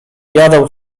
jadał